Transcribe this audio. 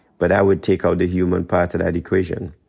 but i would take out the human part of that equation.